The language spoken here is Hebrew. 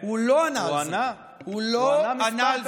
הוא לא ענה על זה.